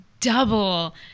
double